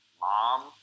mom